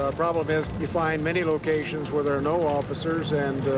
ah problem is you find many locations where there are no officers and,